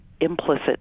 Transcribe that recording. implicit